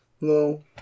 No